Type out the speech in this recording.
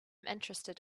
interested